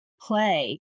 play